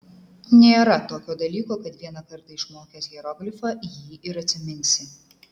nėra tokio dalyko kad vieną kartą išmokęs hieroglifą jį ir atsiminsi